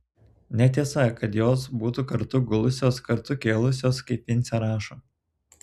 netiesa kad jos būtų kartu gulusios kartu kėlusios kaip vincė rašo